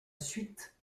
suite